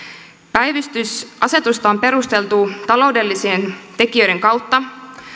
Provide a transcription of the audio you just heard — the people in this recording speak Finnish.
päivystysasetusta on perusteltu taloudellisien tekijöiden kautta